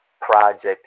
project